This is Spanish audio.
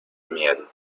miel